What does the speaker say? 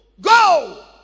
Go